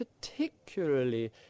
particularly